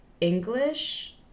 English